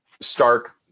stark